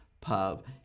pub